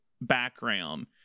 background